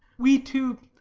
we two,